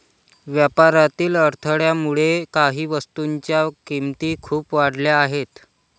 व्यापारातील अडथळ्यामुळे काही वस्तूंच्या किमती खूप वाढल्या आहेत